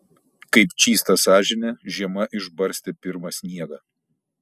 kaip čystą sąžinę žiema išbarstė pirmą sniegą